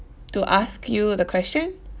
to ask you the question